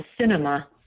cinema